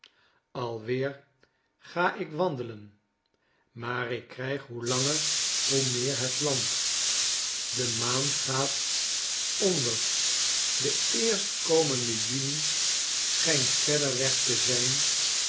alweergaik wandel en maar ik krijg hoe langer hoe meer het land de maan gaat onder de eerstkomende juni schijnt verder weg te zijn